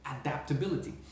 adaptability